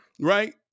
right